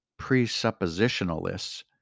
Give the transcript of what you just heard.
presuppositionalists